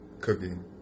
cooking